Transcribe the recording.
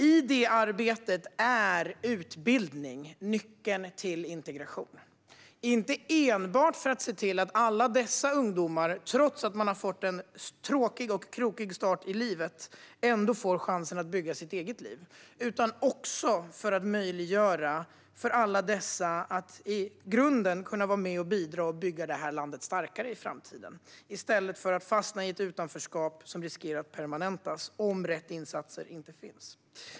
I detta arbete är utbildning nyckeln till integration - inte enbart för att alla dessa ungdomar som trots att de har fått en tråkig och krokig start i livet ändå ska få en chans att bygga sitt eget liv utan också för att möjliggöra för alla dessa att i grunden kunna vara med och bidra och bygga det här landet starkare i framtiden i stället för att fastna i ett utanförskap som riskerar att permanentas om rätt insatser inte finns.